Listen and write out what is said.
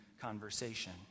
conversation